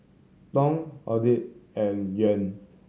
Dong AUD and Yuan